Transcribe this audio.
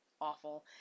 awful